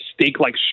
steak-like